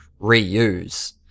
reuse